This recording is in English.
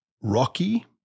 rocky